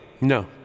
no